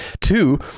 Two